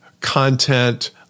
content